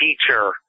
teacher